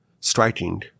striking